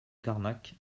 carnac